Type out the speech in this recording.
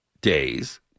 days